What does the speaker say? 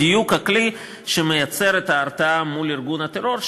בדיוק הכלי שמייצר את ההרתעה מול ארגון הטרור,